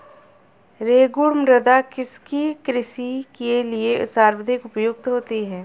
रेगुड़ मृदा किसकी कृषि के लिए सर्वाधिक उपयुक्त होती है?